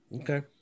Okay